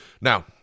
Now